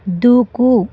దూకు